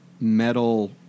metal